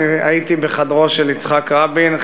אני הייתי בחדרו של יצחק רבין,